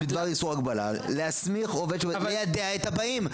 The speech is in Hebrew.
בדבר איסור או הגבלה להסמיך עובד שלו ליידע את הבאים.